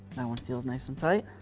that one feels nice and tight.